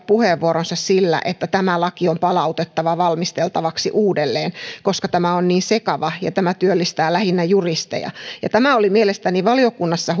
puheenvuoronsa sillä että tämä laki on palautettava valmisteltavaksi uudelleen koska tämä on niin sekava ja tämä työllistää lähinnä juristeja tämä oli mielestäni valiokunnassa